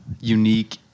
unique